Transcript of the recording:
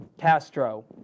Castro